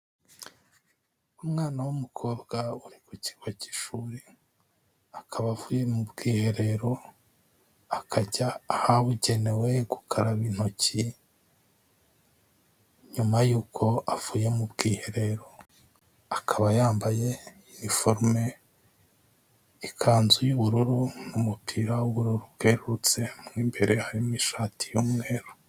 Umwana w'umukobwa uri ku kigo cy'ishuri, akaba avuye mu bwiherero, akajya ahabugenewe gukaraba intoki nyuma yuko avuye mu bwiherero, akaba yambaye iniforume ikanzu y'ubururu n'umupira w'ubururu bwerurutse, mu imbere harimo ishati y'umweru.